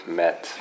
met